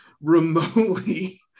remotely